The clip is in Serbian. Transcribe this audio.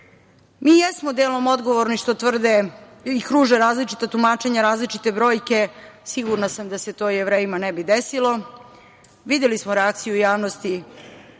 Mi jesmo delom odgovorni što tvrde i kruže različita tumačenja, različite brojke. Sigurna sam da se to Jevrejima ne bi desilo. Videli smo reakciju javnosti